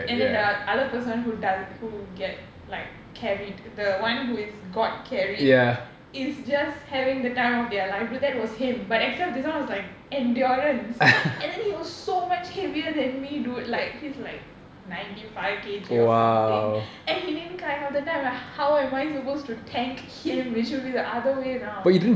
and then the other person who doesn't who get like carried the one who is god carried is just having the time of their life bro that was him but except this one was like endurance and then he was so much heavier than me dude like he's like ninety five K_G or something and he didn't then I'm like how am I supposed to tank him it should he the other way round